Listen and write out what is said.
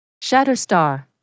Shatterstar